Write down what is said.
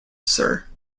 sir